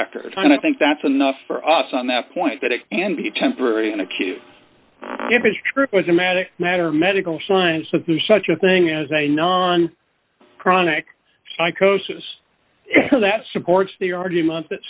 after time and i think that's enough for us on that point that it can be temporary and acute given strip was a magic matter medical signs that there's such a thing as a non chronic psychosis that supports the argument that